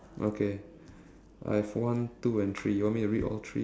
that first word a is not in capital letter so I'm tilted